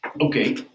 Okay